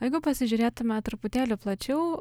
o jeigu pasižiūrėtumėm truputėlį plačiau